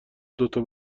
دوتا